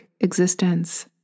existence